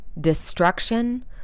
destruction